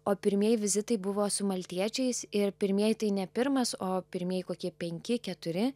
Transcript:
o pirmieji vizitai buvo su maltiečiais ir pirmieji tai ne pirmas o pirmieji kokie penki keturi